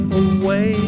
away